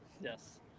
Yes